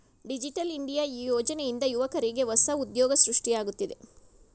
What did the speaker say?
digital India ಈ ಯೋಜನೆಯಿಂದ ಯುವಕ್ರಿಗೆ ಹೊಸ ಉದ್ಯೋಗ ಸೃಷ್ಟಿಯಾಗುತ್ತಿದೆ